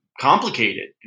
complicated